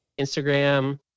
Instagram